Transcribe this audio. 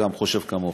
גם חושב כמוך.